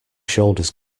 shoulders